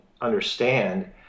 understand